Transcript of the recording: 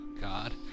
God